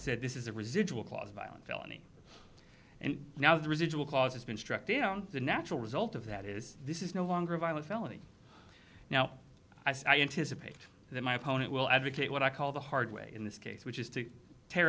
said this is a residual clause violent felony and now the residual cause has been struck down the natural result of that is this is no longer a violent felony now i anticipate that my opponent will advocate what i call the hard way in this case which is to tear